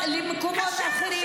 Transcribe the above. תודה חברת הכנסת גוטליב.